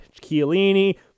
Chiellini